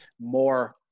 more